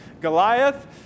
Goliath